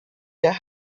der